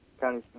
County